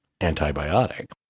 antibiotic